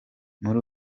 muri